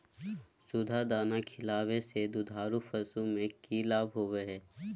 सुधा दाना खिलावे से दुधारू पशु में कि लाभ होबो हय?